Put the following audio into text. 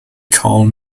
called